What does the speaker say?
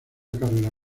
carrera